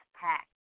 Pack